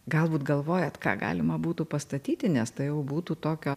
galbūt galvojat ką galima būtų pastatyti nes tai jau būtų tokio